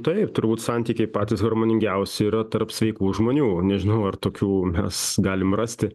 taip turbūt santykiai patys harmoningiausi yra tarp sveikų žmonių nežinau ar tokių mes galim rasti